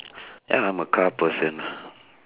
ya I'm a car person ah